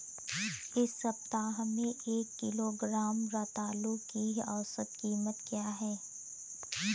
इस सप्ताह में एक किलोग्राम रतालू की औसत कीमत क्या है?